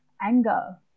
anger